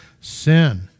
sin